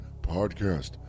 podcast